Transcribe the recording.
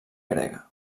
grega